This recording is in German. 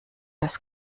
das